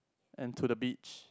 and to the beach